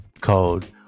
called